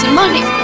money